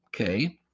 Okay